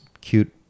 cute